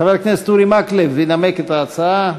חבר הכנסת אורי מקלב ינמק את ההצעה,